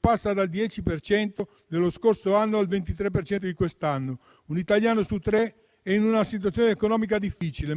passando dal 10 per cento dello scorso anno al 23 per cento di quest'anno. Un italiano su tre è in una situazione economica difficile,